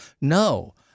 No